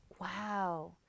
Wow